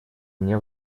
мне